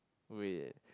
wait